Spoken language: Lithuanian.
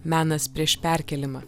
menas prieš perkėlimą